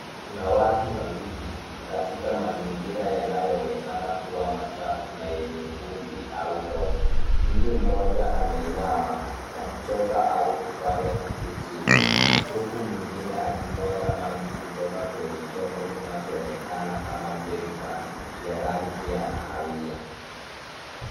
Kuna watu wawili katika mazingira yanayoonekana kuwa machafu na yenye vumbi au tope. mtu mmoja ameinama akichota au kufanya kitu chini huku mwingine akimwaga maji kutoka kwenye chombo kinachoonekana kama jerrican ya rangi ya kahawia.